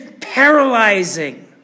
paralyzing